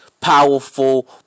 powerful